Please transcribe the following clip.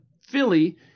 Philly